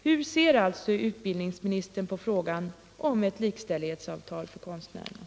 Hur ser alltså utbildningsministern på frågan om likställighetsavtal för konstnärerna?